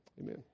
Amen